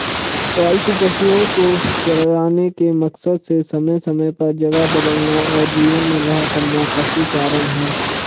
पालतू पशुओ को चराने के मकसद से समय समय पर जगह बदलना और जीवन निर्वाह करना पशुचारण है